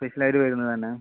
special ആയിട്ട് വരുന്നതാണ്